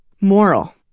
moral